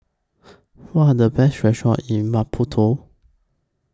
What Are The Best restaurants in Maputo